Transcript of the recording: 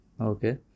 Okay